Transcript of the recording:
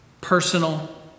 personal